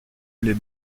les